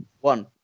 one